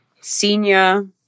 senior